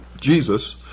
Jesus